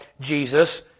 Jesus